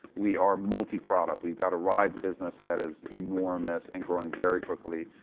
we are multi-product. we've got a rides business that is enormous and growing very quickly.